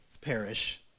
perish